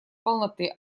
полноты